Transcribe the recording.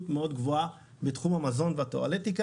מאוד גבוהה בתחום המזון והטואלטיקה.